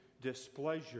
displeasure